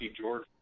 George